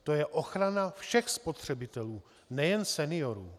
To je ochrana všech spotřebitelů, nejen seniorů.